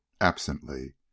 absently